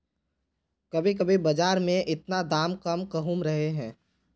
कभी कभी बाजार में इतना दाम कम कहुम रहे है?